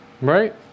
Right